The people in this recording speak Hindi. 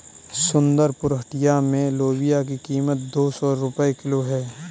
सुंदरपुर हटिया में लोबिया की कीमत दो सौ रुपए किलो है